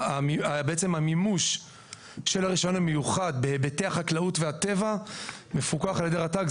בעצם המימוש של הרישיון המיוחד בהיבטי החקלאות והטבע מפוקח על ידי רט"ג.